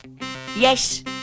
yes